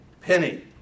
penny